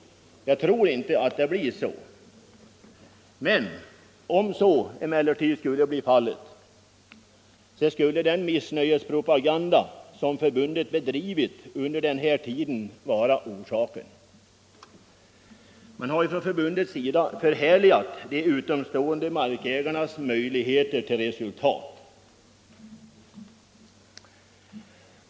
Jag tror inte att det blir så, men skulle farhågorna besannas skulle den missnöjespropaganda som förbundet bedrivit under denna tid vara orsaken härtill. Man har från förbundets sida förhärligat de utomstående markägarna när det gäller möjligheterna till resultat.